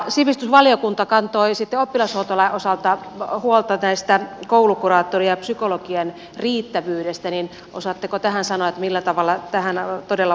kun sivistysvaliokunta kantoi oppilashuoltolain osalta huolta koulukuraattorien ja psykologien riittävyydestä niin osaatteko tähän sanoa millä tavalla tähän todella valmistaudutaan